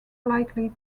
likely